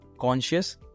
conscious